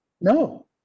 No